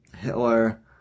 Hitler